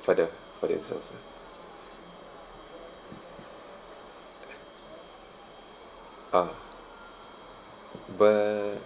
for the for himself ah but